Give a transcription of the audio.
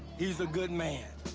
he's a good man.